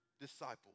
disciple